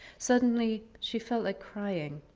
suddenly she felt like crying.